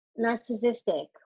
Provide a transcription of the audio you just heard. narcissistic